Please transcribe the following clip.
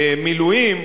המילואים,